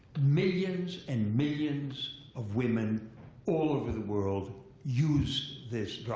millions and millions of women all over the world use this